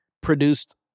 produced